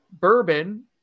bourbon